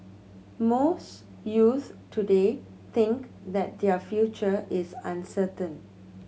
most youths today think that their future is uncertain